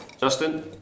Justin